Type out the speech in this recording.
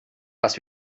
was